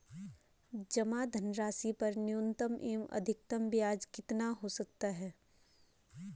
जमा धनराशि पर न्यूनतम एवं अधिकतम ब्याज कितना हो सकता है?